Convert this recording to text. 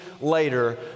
later